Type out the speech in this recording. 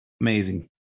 Amazing